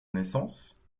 naissance